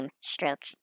stroke